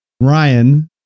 Ryan